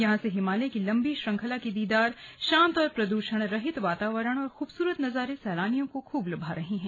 यहां से हिमालय की लंबी श्रृंखला के दीदार शांत और प्रदूषण रहित वातावरण और खूबसूरत नजारे सैलानियों को खूब लुभा रहे हैं